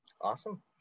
Awesome